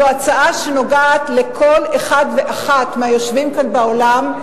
זו הצעה שנוגעת לכל אחד ואחת מהיושבים כאן באולם,